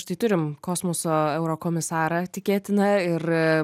štai turim kosmoso eurokomisarą tikėtina ir